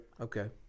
Okay